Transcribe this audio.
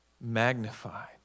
magnified